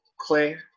Claire